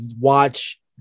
watch